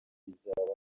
bizaba